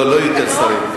לא, לא יותר שרים.